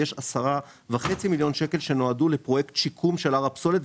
ויש 10.5 מיליון שקלים שנועדו לפרויקט שיקום של הר הפסולת,